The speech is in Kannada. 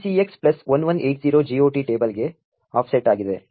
ಆದ್ದರಿಂದ ECX 1180 GOT ಟೇಬಲ್ಗೆ ಆಫ್ಸೆಟ್ ಆಗಿದೆ